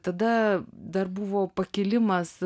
tada dar buvo pakilimas